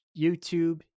YouTube